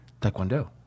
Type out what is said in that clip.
taekwondo